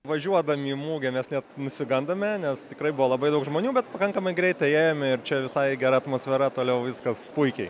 važiuodami į mugę mes net nusigandome nes tikrai buvo labai daug žmonių bet pakankamai greitai įėjome ir čia visai gera atmosfera toliau viskas puikiai